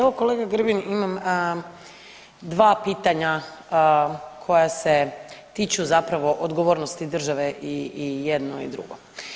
Evo kolega Grbin imam dva pitanja koja se tiču zapravo odgovornosti države i jedno i drugo.